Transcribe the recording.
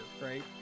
right